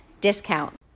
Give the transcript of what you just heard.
discount